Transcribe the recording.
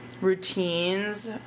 routines